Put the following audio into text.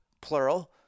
plural